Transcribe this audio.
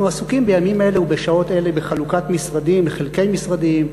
אנחנו עסוקים בימים אלה ובשעות אלה בחלוקת משרדים לחלקי משרדים,